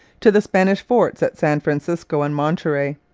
to the spanish forts at san francisco and monterey.